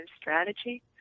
strategy